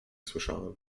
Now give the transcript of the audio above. słyszałam